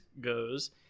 goes